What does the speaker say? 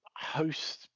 host